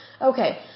Okay